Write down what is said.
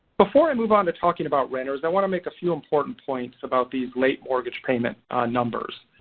before i move onto talking about renters i want to make a few important points about these late mortgage payment numbers.